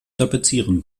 tapezieren